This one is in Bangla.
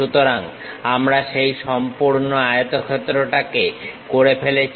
সুতরাং আমরা সেই সম্পূর্ণ আয়তক্ষেত্রটা করে ফেলেছি